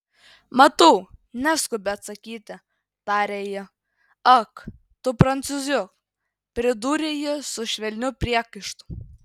matau neskubi atsakyti tarė ji ak tu prancūziuk pridūrė ji su švelniu priekaištu